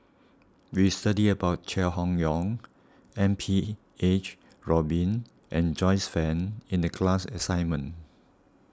we studied about Chai Hon Yoong M P H Rubin and Joyce Fan in the class assignment